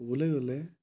ক'বলৈ গ'লে